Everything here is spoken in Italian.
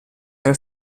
era